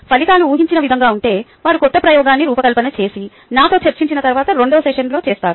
ఫలితాలు ఊహించిన విధంగా ఉంటే వారు కొత్త ప్రయోగాన్ని రూపకల్పన చేసి నాతో చర్చించిన తరువాత రెండవ సెషన్లో చేస్తారు